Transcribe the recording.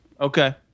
Okay